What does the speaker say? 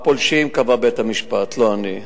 את ה"פולשים" קבע בית-המשפט, לא אני.